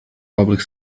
public